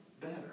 better